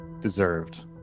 deserved